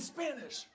Spanish